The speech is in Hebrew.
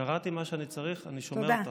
קראתי מה שאני צריך, אני שומע אותך.